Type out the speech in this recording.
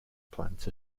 plant